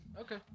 Okay